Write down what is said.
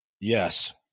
yes